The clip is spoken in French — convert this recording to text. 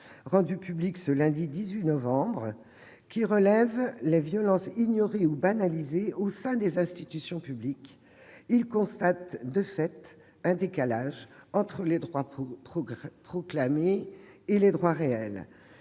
rendu public ce lundi 18 novembre, qui relève les violences ignorées ou banalisées au sein des institutions publiques. Il constate de fait un décalage entre les droits proclamés et les droits réels.